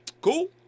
Cool